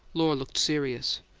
lohr looked serious.